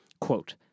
Quote